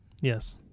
Yes